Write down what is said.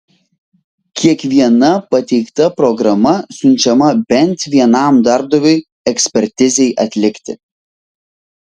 kiekviena pateikta programa siunčiama bent vienam darbdaviui ekspertizei atlikti